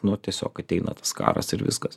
nu tiesiog ateina tas karas ir viskas